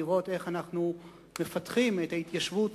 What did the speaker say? ולראות איך אנחנו מפתחים את ההתיישבות